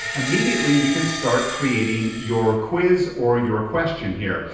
immediately you can start creating your quiz or your question here.